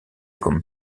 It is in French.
comme